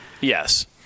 Yes